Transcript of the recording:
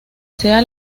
sea